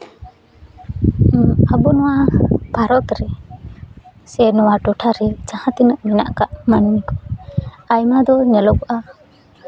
ᱟᱵᱚ ᱱᱚᱣᱟ ᱵᱷᱟᱨᱚᱛ ᱨᱮ ᱥᱮ ᱱᱚᱣᱟ ᱴᱚᱴᱷᱟᱨᱮ ᱡᱟᱦᱟᱸ ᱛᱤᱱᱟᱹᱜ ᱢᱮᱱᱟᱜ ᱠᱟᱜ ᱢᱟᱹᱱᱢᱤ ᱠᱚ ᱟᱭᱢᱟ ᱫᱚ ᱧᱮᱞᱚᱜᱚᱜᱼᱟ